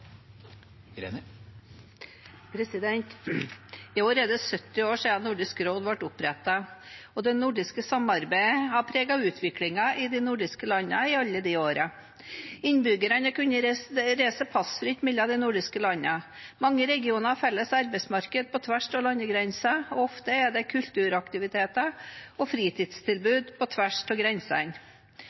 det 70 år siden Nordisk råd ble opprettet, og det nordiske samarbeidet har preget utviklingen i de nordiske landene i alle de årene. Innbyggerne kan reise passfritt mellom de nordiske landene, mange regioner har felles arbeidsmarked på tvers av landegrenser, og ofte er det kulturaktiviteter og fritidstilbud på tvers av grensene.